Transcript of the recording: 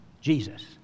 Jesus